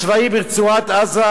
הצבאי ברצועת-עזה?